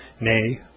nay